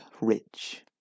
rich